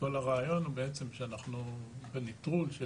בגלל כל הרעיון של הנטרול של